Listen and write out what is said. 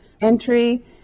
entry